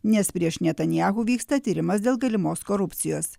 nes prieš netanyahu vyksta tyrimas dėl galimos korupcijos